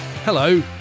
Hello